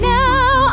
now